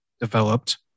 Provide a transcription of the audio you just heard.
developed